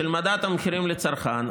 של מדד המחירים לצרכן,